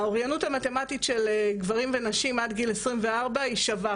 האוריינות המתמטית של גברים ונשים עד גיל 24 היא שווה,